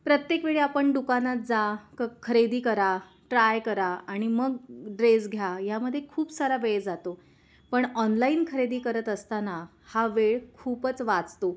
प्रत्येक वेळी आपण दुकानात जा क खरेदी करा ट्राय करा आणि मग ड्रेस घ्या यामध्ये खूप सारा वेळ जातो पण ऑनलाईन खरेदी करत असताना हा वेळ खूपच वाचतो